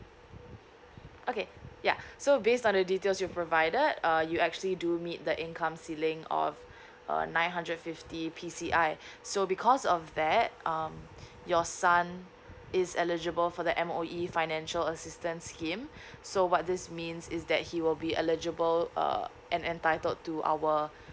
okay yeah so based on the details you've provided uh you actually do meet the income ceiling of uh nine hundred fifty P_C_I so because of that um your son is eligible for the M_O_E financial assistance scheme so what this means is that he will be eligible uh and entitled to our